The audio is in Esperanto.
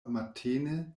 matene